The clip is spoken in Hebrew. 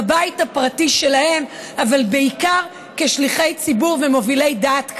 בבית הפרטי שלנו אבל בעיקר כשליחי ציבור ומובילי דעת קהל.